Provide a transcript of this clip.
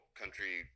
country